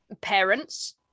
parents